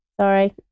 Sorry